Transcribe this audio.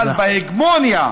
אבל בהגמוניה,